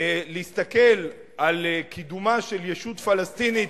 להסתכל על קידומה של ישות פלסטינית,